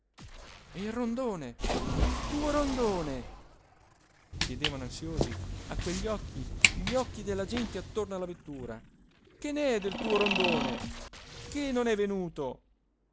e il rondone il tuo rondone chiedevano ansiosi a quegli occhi gli occhi della gente attorno alla vettura che ce n'è del tuo rondone che non è venuto